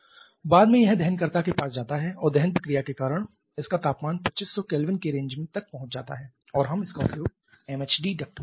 बाद में यह दहनकर्ता के पास जाता है और दहन प्रतिक्रिया के कारण इसका तापमान उस 2500 K रेंज तक पहुँच जाता है और हम इसका उपयोग MHD डक्ट में कर सकते हैं